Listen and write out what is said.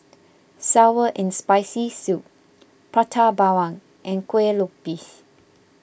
Sour and Spicy Soup Prata Bawang and Kueh Lopes